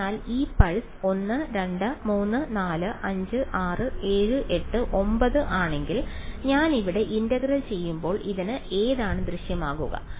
അതിനാൽ ഇത് പൾസ് 1 2 3 4 5 6 7 8 9 ആണെങ്കിൽ ഞാൻ ഇവിടെ ഇന്റഗ്രൽ ചെയ്യുമ്പോൾ ഇതിൽ ഏതാണ് ദൃശ്യമാകുക